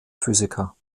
physiker